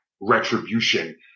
retribution